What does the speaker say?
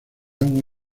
agua